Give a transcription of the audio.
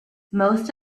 most